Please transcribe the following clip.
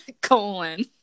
Colon